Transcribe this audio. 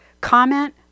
comment